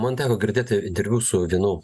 man teko girdėti interviu su vienu